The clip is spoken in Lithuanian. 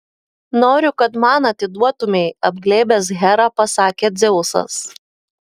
noriu kad man atsiduotumei apglėbęs herą pasakė dzeusas